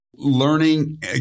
Learning